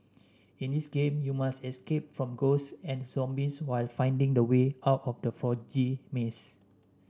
in this game you must escape from ghosts and zombies while finding the way out from the foggy maze